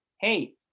hey